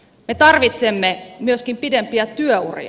me tarvitsemme myöskin pidempiä työuria